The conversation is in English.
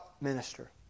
minister